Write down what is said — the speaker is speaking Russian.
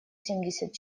семьдесят